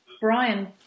Brian